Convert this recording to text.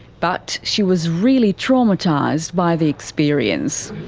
but she was really traumatised by the experience.